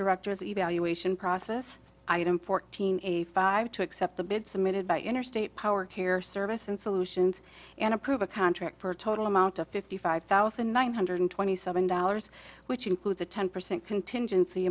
directors evaluation process item fourteen eighty five to accept the bid submitted by interstate power care service and solutions and approve a contract for a total amount of fifty five thousand nine hundred twenty seven dollars which includes a ten percent contingency